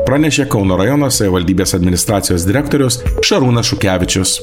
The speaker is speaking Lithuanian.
pranešė kauno rajono savivaldybės administracijos direktorius šarūnas šukevičius